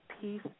peace